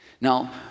Now